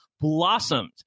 blossomed